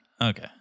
Okay